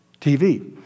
TV